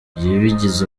yabigize